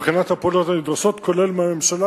מבחינת הפעולות הנדרשות כולל מהממשלה,